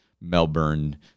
Melbourne